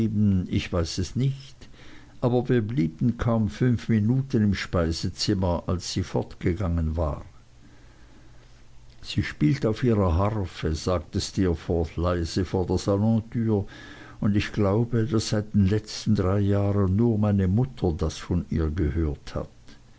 ich weiß es nicht aber wir blieben kaum fünf minuten im speisezimmer als sie fortgegangen war sie spielt auf ihrer harfe sagte steerforth leise vor der salontür und ich glaube daß seit den letzten drei jahren nur meine mutter das von ihr gehört hat